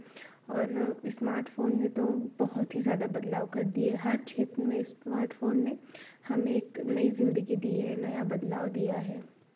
और smart phone ने तो बहुत ही ज़्यादा बदलाव कर दिए हर क्षेत्र में इस्मार्ट फ़ोन ने हमें एक नई ज़िंदगी दी है नया बदलाव दिया है